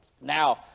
Now